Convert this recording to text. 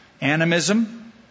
animism